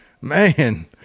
Man